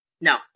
No